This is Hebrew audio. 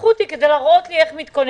לקחו אותי כדי להראות לי איך מתכוננים